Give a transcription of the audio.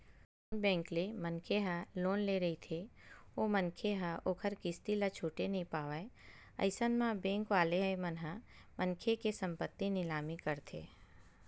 जउन बेंक ले मनखे ह लोन ले रहिथे ओ मनखे ह ओखर किस्ती ल छूटे नइ पावय अइसन म बेंक वाले मन ह मनखे के संपत्ति निलामी करथे